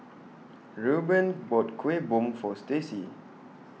Reuben bought Kuih Bom For Stacy